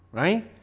right?